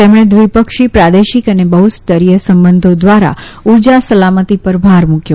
તેમણે દ્વિપક્ષી પ્રાદેશિક અને બહુસ્તરીય સંબંધો દ્વારા ઉર્જા સલામતિ પર ભાર મુકયો